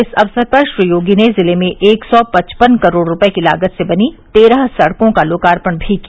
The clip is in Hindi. इस अवसर पर श्री योगी ने जिले में एक सौ पचपन करोड़ रूपये की लागत से बनी तेरह सड़कों का लोकार्पण भी किया